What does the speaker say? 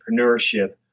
entrepreneurship